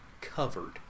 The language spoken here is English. covered